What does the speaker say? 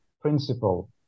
principle